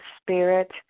Spirit